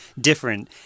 different